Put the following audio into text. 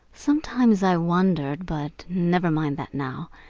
sometimes i wondered but never mind that now.